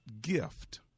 gift